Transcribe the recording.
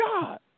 God